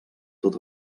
tot